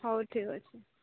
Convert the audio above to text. ହଉ ଠିକ୍ ଅଛି